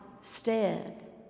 stead